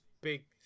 big